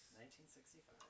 1965